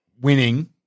winning